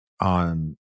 on